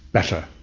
better.